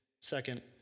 Second